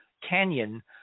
Canyon